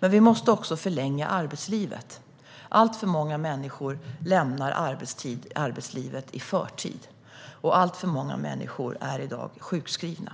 Men vi måste också förlänga arbetslivet. Alltför många människor lämnar arbetslivet i förtid, och alltför många människor är i dag sjukskrivna.